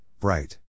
bright